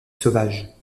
sauvage